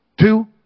two